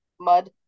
mud